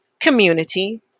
community